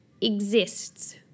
exists